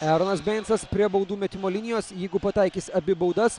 eronas beincas prie baudų metimo linijos jeigu pataikys abi baudas